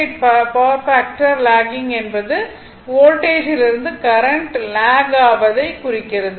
8 power factor lagging என்பது வோல்டேஜில் இருந்து கரண்ட் லாக் ஆவதை குறிக்கிறது